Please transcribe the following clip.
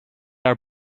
are